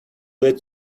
that